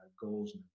goals